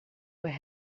were